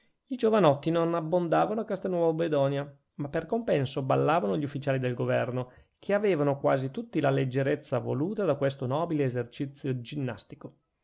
i giovanotti non abbondavano a castelnuovo bedonia ma per compenso ballavano gli ufficiali del governo che avevano quasi tutti la leggerezza voluta da questo nobile esercizio ginnastico